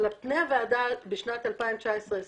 פני הוועדה בשנת 2019/20